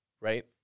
right